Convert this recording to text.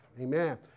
Amen